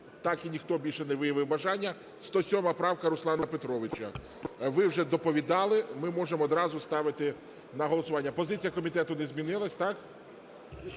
так і ніхто більше не виявив бажання, 107 правка Руслана Петровича. Ви вже доповідали, ми можемо одразу ставити на голосування. Позиція комітету не змінилась, так?